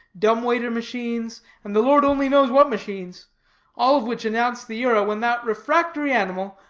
dumb-waiter machines, and the lord-only-knows-what machines all of which announce the era when that refractory animal,